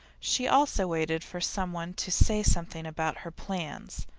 she also waited for someone to say something about her plans,